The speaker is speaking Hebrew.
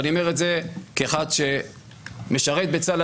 אני אומר את זה כאחד שמשרת בצה"ל.